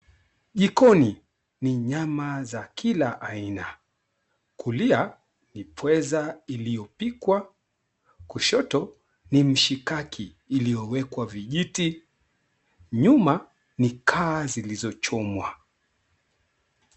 Jikoni, ni nyama za kila aina. Kulia ni pweza iliyopikwa, kushoto ni mishikaki, iliyowekwa vijiti, nyuma ni kaa zilizochomwa.